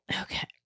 Okay